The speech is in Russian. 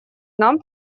нам